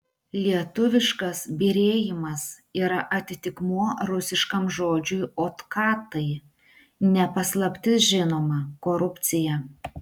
lietuviškas byrėjimas yra atitikmuo rusiškam žodžiui otkatai ne paslaptis žinoma korupcija